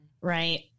Right